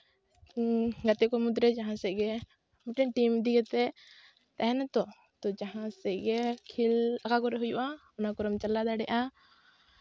ᱜᱟᱛᱮ ᱠᱚ ᱢᱩᱫᱽᱨᱮ ᱡᱟᱦᱟᱸ ᱥᱮᱫ ᱜᱮ ᱢᱤᱫ ᱴᱮᱱ ᱴᱤᱢ ᱤᱫᱤ ᱠᱟᱛᱮ ᱛᱟᱦᱮᱱᱟ ᱛᱚ ᱛᱚ ᱡᱟᱦᱟᱸ ᱥᱮᱜ ᱜᱮ ᱠᱷᱮᱞ ᱚᱠᱟ ᱠᱚᱨᱮᱜ ᱦᱩᱭᱩᱜᱼᱟ ᱚᱱᱟ ᱠᱚᱨᱮᱢ ᱪᱟᱞᱟᱣ ᱫᱟᱲᱮᱜᱼᱟ